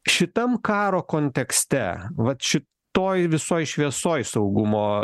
šitam karo kontekste vat šitoj visoj šviesoj saugumo